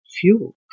fuel